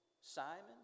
Simon